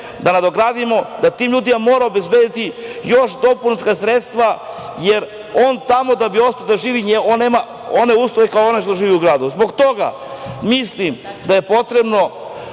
da nadogradimo da tim ljudima moramo obezbediti još dopunska sredstva, jer on tamo da bi ostao da živi on nema one uslove kao onaj što živi u gradu. Zbog toga mislim da je potrebno